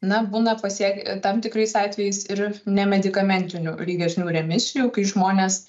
na būna pasiekę tam tikrais atvejais ir nemedikamentinių ilgesnių remisijų kai žmonės